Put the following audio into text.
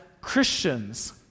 Christians